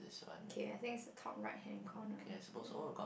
okay I think it's the top right hand corner then